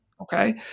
Okay